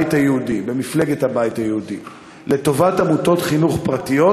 במפלגת הבית היהודי לטובת עמותות חינוך פרטיות.